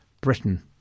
Britain